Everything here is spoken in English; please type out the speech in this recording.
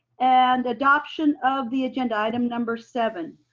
and adoption of the agenda item number seven.